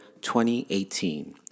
2018